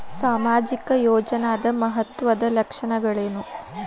ಸಾಮಾಜಿಕ ಯೋಜನಾದ ಮಹತ್ವದ್ದ ಲಕ್ಷಣಗಳೇನು?